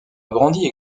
agrandie